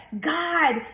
God